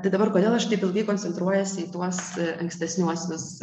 tai dabar kodėl aš taip ilgai koncentruojuosi į tuos ankstesniuosius